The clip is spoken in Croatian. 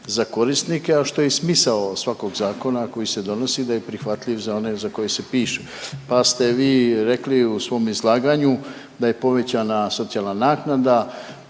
za korisnike, a što je i smisao svakog zakona koji se donosi da je prihvatljiv za one za koje se pišu, pa ste vi rekli u svom izlaganju da je povećana socijalna naknada,